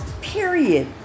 Period